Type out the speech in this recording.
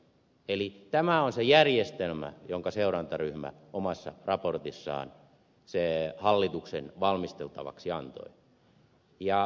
eli tämä on se järjestelmä jonka seurantaryhmä omassa raportissaan hallituksen valmisteltavaksi antoi